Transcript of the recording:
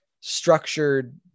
structured